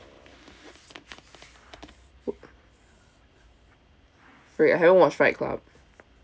freak I haven't watched right club